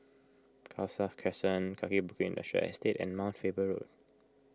Khalsa Crescent Kaki Bukit Industrial Estate and Mount Faber Road